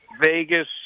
Vegas